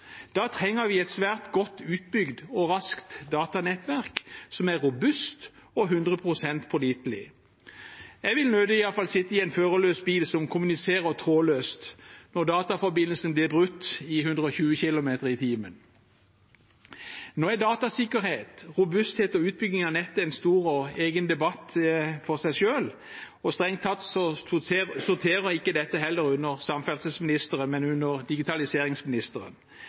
Da trenger vi et svært godt utbygd og raskt datanettverk som er robust og 100 pst. pålitelig. Jeg vil nødig sitte i en førerløs bil som kommuniserer trådløst, når dataforbindelsen blir brutt i 120 km/t. Nå er datasikkerhet, robusthet og utbygging av nettet en stor debatt for seg selv, og strengt tatt sorterer ikke dette under samferdselsministeren heller, men under digitaliseringsministeren.